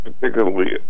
particularly